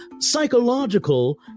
psychological